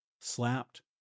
slapped